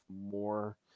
more